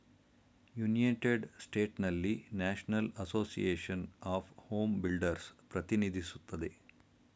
united ಸ್ಟೇಟ್ಸ್ನಲ್ಲಿ national association of home builders ಪ್ರತಿನಿಧಿಸುತ್ತದೆ